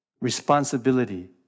responsibility